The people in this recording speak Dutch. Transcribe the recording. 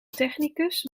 technicus